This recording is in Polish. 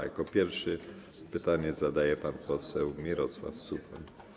Jako pierwszy pytanie zadaje pan poseł Mirosław Suchoń.